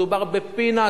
מדובר ב-peanuts,